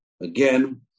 Again